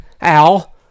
Al